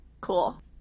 cool